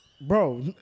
Bro